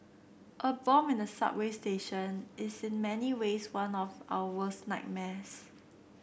a bomb in the subway station is in many ways one of our worst nightmares